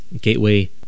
Gateway